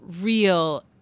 real